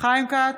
חיים כץ,